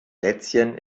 lätzchen